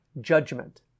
judgment